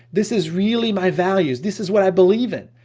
this is really my values, this is why i believe in,